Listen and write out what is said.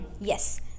Yes